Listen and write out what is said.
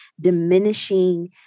diminishing